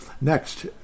Next